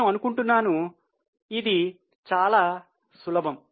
నేను అనుకుంటున్నాను ఇది చాలా చాలా సులభం